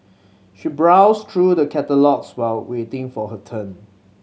she browsed through the catalogues while waiting for her turn